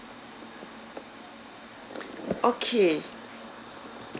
okay